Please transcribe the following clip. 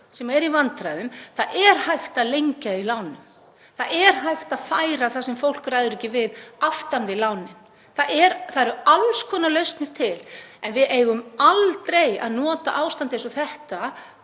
sem er í vandræðum. Það er hægt að lengja í lánum. Það er hægt að færa það sem fólk ræður ekki við aftan við lánið. Það eru alls konar lausnir til. En við eigum aldrei að nota ástand eins og þetta